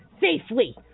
safely